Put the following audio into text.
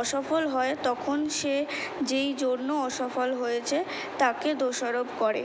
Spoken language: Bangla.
অসফল হয় তখন সে যেই জন্য অসফল হয়েছে তাকে দোষারোপ করে